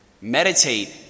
Meditate